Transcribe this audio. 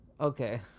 Okay